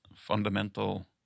fundamental